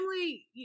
family